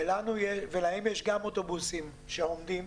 וגם להן יש אוטובוסים שהיום עומדים.